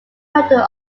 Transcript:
founder